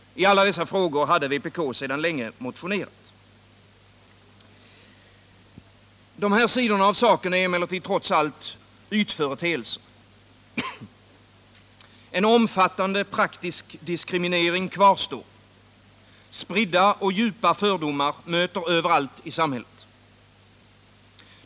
I alla dessa frågor hade vpk sedan länge motionerat. Dessa sidor av saken är emellertid trots allt ytföreteelser. En omfattande praktisk diskriminering kvarstår, spridda och djupa fördomar möter överallt i samhället.